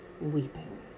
weeping